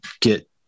get